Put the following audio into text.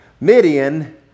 Midian